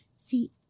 See